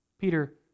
Peter